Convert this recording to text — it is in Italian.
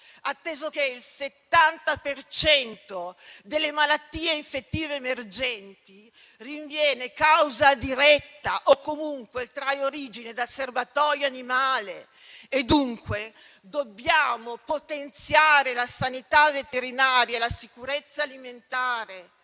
atteso che il 70 per cento delle malattie infettive emergenti rinviene causa diretta o comunque trae origine dal serbatoio animale. E dunque dobbiamo potenziare la sanità veterinaria e la sicurezza alimentare